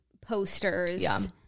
posters